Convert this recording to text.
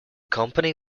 company